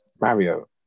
mario